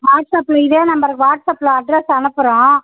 வாட்ஸ்அப்பில் இதே நம்பருக்கு வாட்ஸ்அப்பில் அட்ரெஸ் அனுப்புகிறோம்